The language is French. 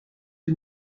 que